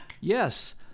Yes